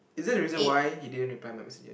is that the reason why he didn't reply my messages